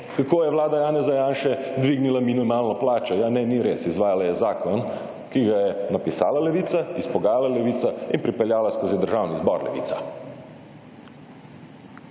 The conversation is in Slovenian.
kako je vlada Janeza Janše dvignila minimalno plačo. Ja, ne, ni res. Izvajala je zakon, ki ga je napisala Levica, izpogajala Levica in pripeljala skozi Državni zbor Levica.